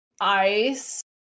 ice